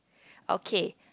okay